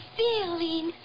feeling